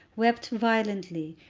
wept violently,